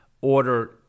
order